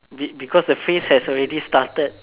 be because the phrase has already started